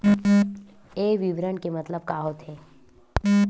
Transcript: ये विवरण के मतलब का होथे?